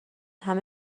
همه